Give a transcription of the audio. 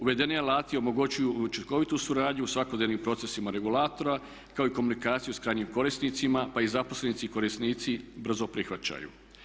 Uvedeni alati omogućuju učinkovitu suradnju u svakodnevnim procesima regulatora kao i komunikaciju s krajnjim korisnicima pa ih zaposlenici i korisnici brzo prihvaćaju.